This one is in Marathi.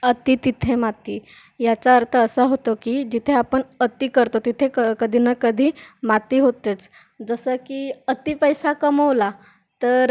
अती तिथे माती याचा अर्थ असा होतो की जिथे आपण अती करतो तिथे क कधी ना कधी माती होतेच जसं की अती पैसा कमवला तर